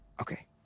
Okay